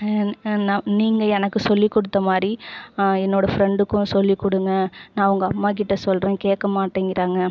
நான் நீங்கள் எனக்கு சொல்லி கொடுத்தமாரி என்னோட ஃப்ரெண்டுக்கும் சொல்லி கொடுங்க நான் அவங்க அம்மா கிட்ட சொல்லுறன் கேட்க மாட்டங்கிறாங்க